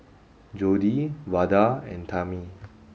Jodie Vada and Tammi